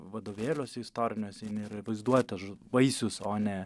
vadovėliuose istoriniuose jin yra vaizduotės vaisius o ne